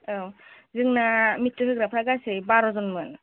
औ जोंना मेट्रिक होग्राफ्रा गासै बार'जनमोन